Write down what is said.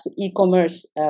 e-commerce